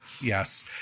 Yes